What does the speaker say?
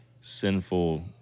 sinful